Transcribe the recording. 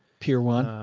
peer one.